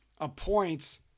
appoints